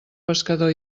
pescador